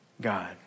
God